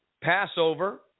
Passover